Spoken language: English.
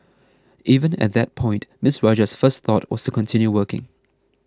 even at that point Ms Rajah's first thought was continue working